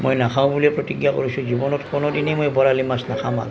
মই নাখাওঁ বুলি প্ৰতিজ্ঞা কৰিছোঁ জীৱনত কোনো দিনেই মই বৰালি মাছ নাখাওঁ মা